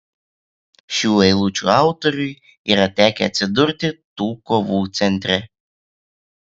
šių eilučių autoriui yra tekę atsidurti tų kovų centre